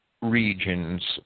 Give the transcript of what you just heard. regions